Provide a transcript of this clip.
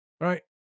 right